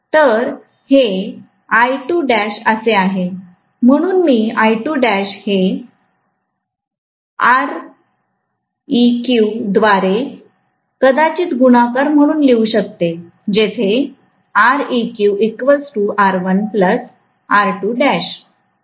तर हेअसे आहे म्हणून मी हे Req द्वारे कदाचित गुणाकार म्हणून लिहू शकते जेथे